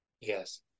Yes